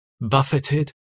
buffeted